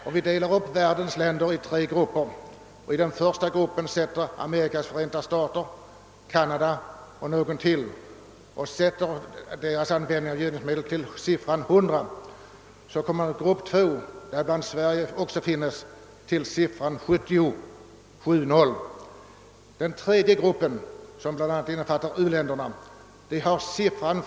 Om vi delar upp världens länder i tre grupper och i den första placerar USA, Kanada och något land till och sätter dessa länders användning av gödningsmedel till siffran 100, så blir motsvarande siffra i den andra gruppen, till vilken bl.a. Sverige hör, 70 och i den tredje gruppen, som bl.a. omfattar u-länderna, 4.